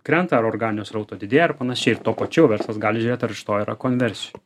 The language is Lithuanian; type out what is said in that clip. krenta organinio srauto didėja ir panašiai tačiau verslas gali žiūrėt ar iš to yra konversijų